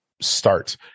start